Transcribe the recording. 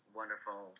wonderful